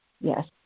Yes